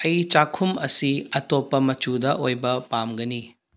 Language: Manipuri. ꯑꯩ ꯆꯥꯛꯈꯨꯝ ꯑꯁꯤ ꯑꯇꯣꯞꯄ ꯃꯆꯨꯗ ꯑꯣꯏꯕ ꯄꯥꯝꯒꯅꯤ